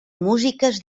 músiques